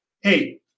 hey